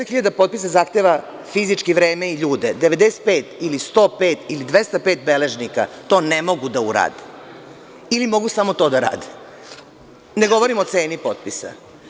Dakle, 550.000 potpisa zahteva fizički vreme i ljude, a 95, 105 ili 205 beležnika, to ne mogu da urade ili mogu samo to da rade, ne govorim o ceni potpisa.